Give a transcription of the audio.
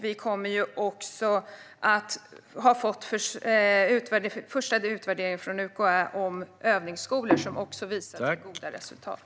Vi har också fått en första utvärdering från UKÄ om övningsskolor, som också visar på goda resultat.